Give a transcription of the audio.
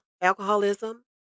alcoholism